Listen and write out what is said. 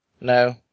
No